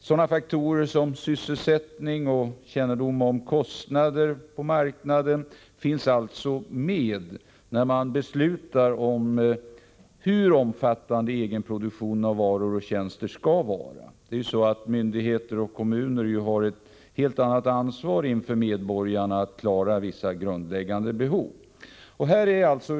Sådana faktorer som sysselsättning och kännedom om kostnaderna på marknaden finns alltså med, när man beslutar om hur omfattande egenproduktionen av varor och tjänster skall vara. Myndigheter och kommuner har ju ett helt annat ansvar inför medborgarna att klara vissa grundläggande behov.